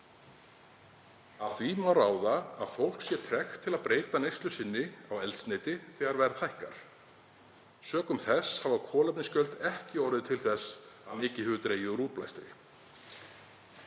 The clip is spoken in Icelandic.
af því má ráða að fólk sé tregt til að breyta neyslu sinni á eldsneyti þegar verð hækkar. Sökum þessa hafa kolefnisgjöld ekki orðið til þess að mikið hafi dregið úr útblæstri.“